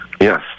Yes